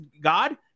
God